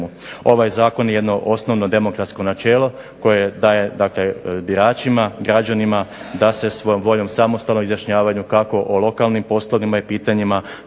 Ovaj zakon je jedno osnovno demokratsko načelo koje daje biračima, građanima, da se svojom voljom samostalno izjašnjavaju, kako o lokalnim poslovima i pitanjima